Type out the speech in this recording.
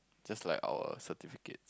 just like our certificates